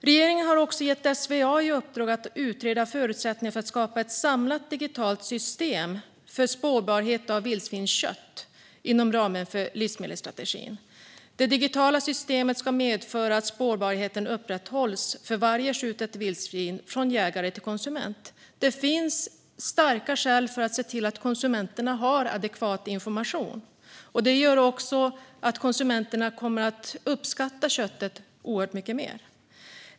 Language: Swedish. Regeringen har gett SVA i uppdrag att utreda förutsättningarna för att skapa ett samlat digitalt system för spårbarhet av vildsvinskött inom ramen för livsmedelsstrategin. Det digitala systemet ska medföra att spårbarheten upprätthålls för varje skjutet vildsvin, från jägare till konsument. Det finns starka skäl att se till att konsumenterna har adekvat information. Det gör att konsumenterna kommer att uppskatta köttet oerhört mycket mer.